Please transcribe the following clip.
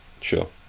Sure